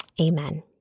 Amen